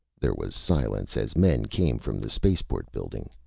there was silence as men came from the spaceport building.